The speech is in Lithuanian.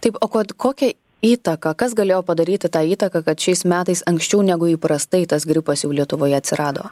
taip o kad kokią įtaką kas galėjo padaryti tą įtaką kad šiais metais anksčiau negu įprastai tas gripas jau lietuvoje atsirado